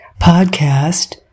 podcast